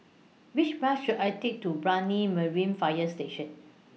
Which Bus should I Take to Brani Marine Fire Station